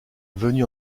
venu